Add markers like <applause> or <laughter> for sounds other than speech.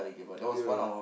<noise> ya